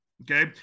Okay